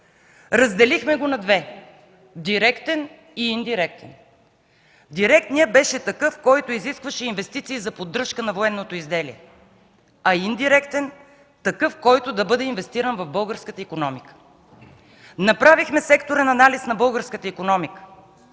Разделихме го на две: директен и индиректен. Директният беше такъв, който изискваше инвестиции за поддръжка на военното изделие, а индиректен – такъв, който да бъде инвестиран в българската икономика. Направихме секторен анализ на българската икономика,